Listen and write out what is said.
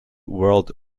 world